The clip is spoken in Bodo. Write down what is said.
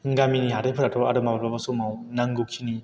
गामिनि हाथाइफोराथ' आरो माब्लाबा समाव नांगौखिनि